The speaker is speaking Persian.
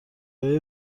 های